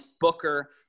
Booker